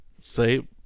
say